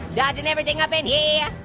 dodging everything up in yeah